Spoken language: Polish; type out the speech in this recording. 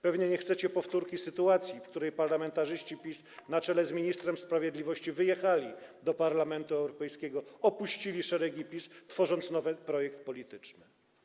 Pewnie nie chcecie powtórki z sytuacji, w której parlamentarzyści PiS na czele z ministrem sprawiedliwości wyjechali do Parlamentu Europejskiego, opuścili szeregi PiS i stworzyli nowy projekt polityczny.